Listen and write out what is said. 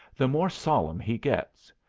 the more solemn he gets,